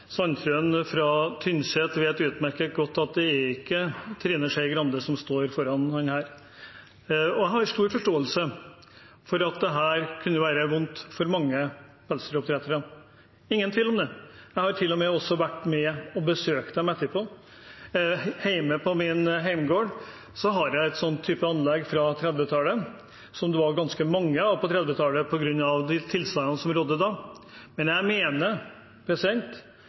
Sandtrøen fra Tynset vet utmerket godt at det ikke er Trine Skei Grande som står foran ham her. Jeg har stor forståelse for at dette kunne være vondt for mange pelsdyroppdrettere. Det er ingen tvil om det. Jeg har til og med vært med og besøkt dem etterpå. Hjemme på gården min har jeg et anlegg fra 1930-tallet av denne typen, som det den gang var ganske mange av på grunn av de tilstandene som rådde da. Men jeg mener